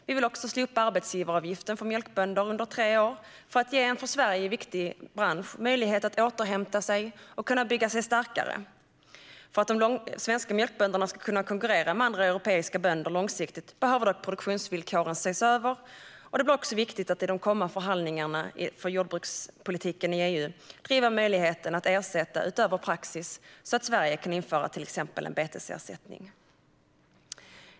Vi vill också slopa arbetsgivaravgiften för mjölkbönder under tre år, för att ge en för Sverige viktig bransch möjlighet att återhämta sig och bygga sig starkare. För att de svenska mjölkbönderna ska kunna konkurrera med andra europeiska bönder långsiktigt behöver dock produktionsvillkoren ses över, och det blir också viktigt att i de kommande förhandlingarna om jordbrukspolitiken i EU driva möjligheten att ersätta utöver praxis så att Sverige kan införa till exempel en betesersättning.